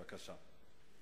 בבקשה.